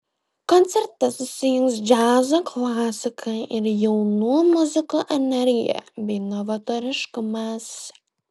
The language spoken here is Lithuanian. koncerte susijungs džiazo klasika ir jaunų muzikų energija bei novatoriškumas